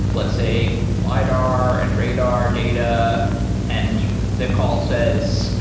let's say, lidar and radar data and the call says,